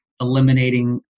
eliminating